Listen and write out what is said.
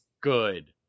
good